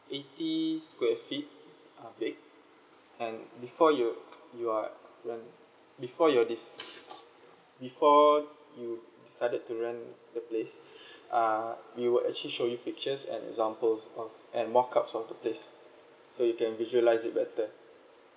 eighty square feet uh big and before you you are rent before you're dec~ before you decided to rent the place uh we will actually show you pictures and examples of and mock ups of the place so you can visualise it better